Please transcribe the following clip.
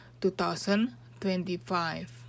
2025